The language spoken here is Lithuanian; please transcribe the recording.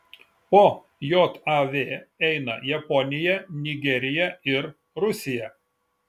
po jav eina japonija nigerija ir rusija